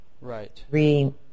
Right